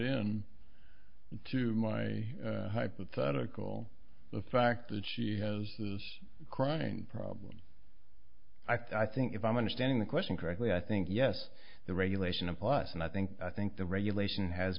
in to my hypothetical the fact that she has was crying problem i think if i'm understanding the question correctly i think yes the regulation a plus and i think i think the regulation has